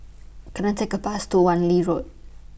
Can I Take A Bus to Wan Lee Road